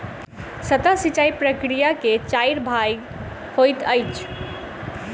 सतह सिचाई प्रकिया के चाइर भाग होइत अछि